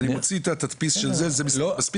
אני מוציא את התדפיס של זה, זה מספיק?